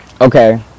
Okay